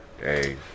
Hey